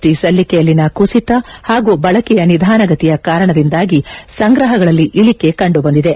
T ಸಲ್ಲಿಕೆಯಲ್ಲಿನ ಕುಸಿತ ಹಾಗೂ ಬಳಕೆಯು ನಿಧಾನಗತಿಯ ಕಾರಣದಿಂದಾಗಿ ಸಂಗ್ರಹಣಗಳಲ್ಲಿ ಇಳಕೆ ಕಂಡು ಬಂದಿದೆ